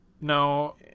No